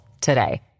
today